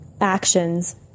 actions